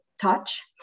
touch